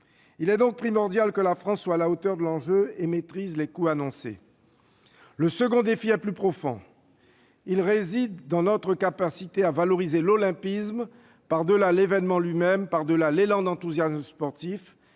Il est donc primordial que la France soit à la hauteur de l'enjeu et maîtrise les coûts annoncés. Le second défi est plus profond. Il réside dans notre capacité à valoriser l'olympisme par-delà l'événement lui-même, par-delà l'élan d'enthousiasme sportif